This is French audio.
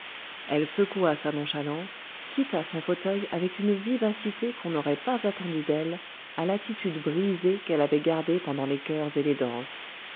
elle secoua sa nonchalance quitta son fauteuil avec une vivacité qu'on n'aurait pas attendue d'elle à l'attitude brisée qu'elle avait gardée pendant les chœurs et les danses